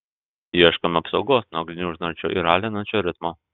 ieškome apsaugos nuo gniuždančio ir alinančio ritmo